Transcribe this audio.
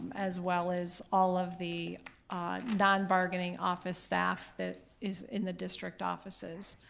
as well as all of the non-bargaining office staff that is in the district offices.